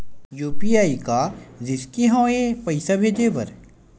UPI का रिसकी हंव ए पईसा भेजे बर?